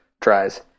tries